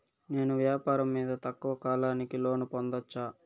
నేను వ్యాపారం మీద తక్కువ కాలానికి లోను పొందొచ్చా?